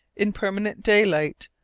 in permanent daylight,